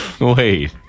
wait